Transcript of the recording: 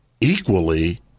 equally